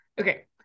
Okay